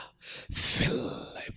Fill